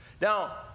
Now